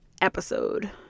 episode